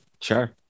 Sure